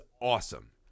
awesome